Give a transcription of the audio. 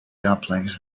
dumplings